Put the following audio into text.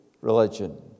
religion